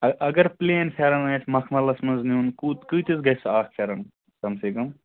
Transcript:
اَ اگر پُلین فٮ۪رَن آسہِ مخمَلَس منٛز نِیُن کوٗت کۭتِس گَژھِ سُہ اَکھ فٮ۪رَن کم سے کم